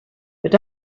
but